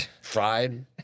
Fried